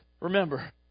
remember